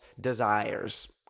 desires